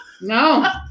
No